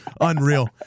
Unreal